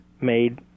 made